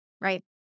right